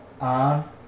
on